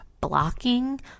blocking